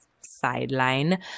sideline